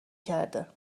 کرده